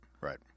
right